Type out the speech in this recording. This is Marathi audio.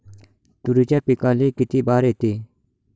तुरीच्या पिकाले किती बार येते?